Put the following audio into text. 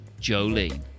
Jolene